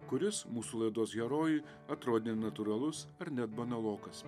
kuris mūsų laidos herojui atrodė natūralus ar net banalokas